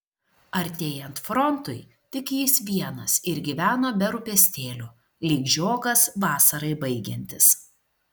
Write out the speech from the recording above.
artėjant frontui tik jis vienas ir gyveno be rūpestėlių lyg žiogas vasarai baigiantis